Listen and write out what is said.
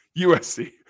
USC